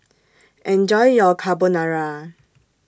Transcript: Enjoy your Carbonara